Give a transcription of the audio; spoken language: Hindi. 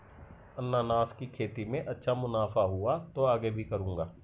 अनन्नास की खेती में अच्छा मुनाफा हुआ तो आगे भी करूंगा